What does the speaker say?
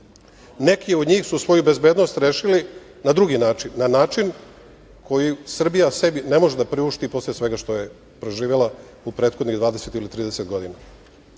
Neki od njih su svoju bezbednost rešili na drugi način, na način koji Srbija sebi ne može da priušti, posle svega što je preživela u prethodnih 20 ili 30